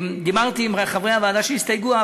דיברתי עם חברי הוועדה שהסתייגו.